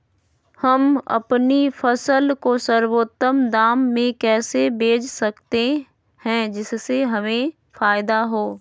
हम अपनी फसल को सर्वोत्तम दाम में कैसे बेच सकते हैं जिससे हमें फायदा हो?